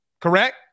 correct